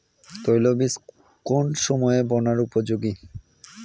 তৈলবীজ কোন সময়ে বোনার উপযোগী?